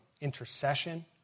intercession